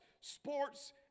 sports